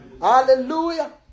Hallelujah